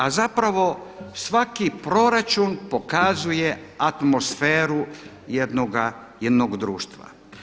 A zapravo svaki proračun pokazuje atmosferu jednog društva.